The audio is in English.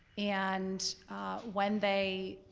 and when they,